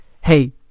hey